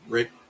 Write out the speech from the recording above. Rick